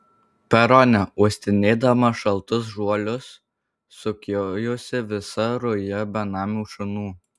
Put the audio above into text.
perone uostinėdama šaltus žuolius sukiojosi visa ruja benamių šunų